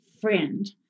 friend